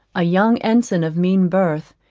a young ensign of mean birth,